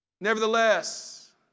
Nevertheless